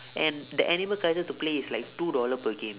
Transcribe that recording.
and the animal kaiser to play is like two dollar per game